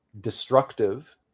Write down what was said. destructive